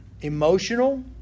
Emotional